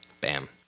Bam